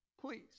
please